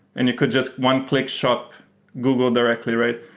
and you could just one-click shop google directly, right?